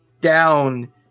down